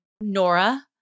Nora